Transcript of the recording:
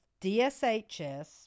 DSHS